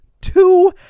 two